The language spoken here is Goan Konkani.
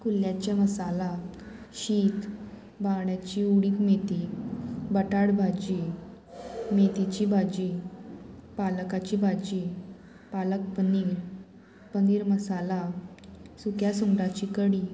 कुल्ल्याचें मसाला शीत बांगड्याची उड्ड मेथी बटाट भाजी मेथीची भाजी पालकाची भाजी पालक पनीर पनीर मसाला सुक्या सुंगटाची कडी